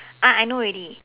ah I know already